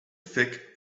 thick